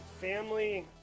family